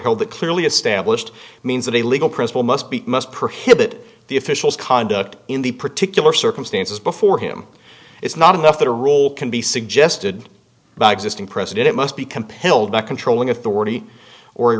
held that clearly established means that a legal principle must be must prohibit the officials conduct in the particular circumstances before him it's not enough that a rule can be suggested by existing president it must be compelled by controlling authority or a